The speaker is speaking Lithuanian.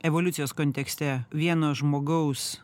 evoliucijos kontekste vieno žmogaus